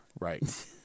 right